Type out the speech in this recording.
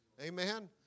Amen